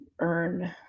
earn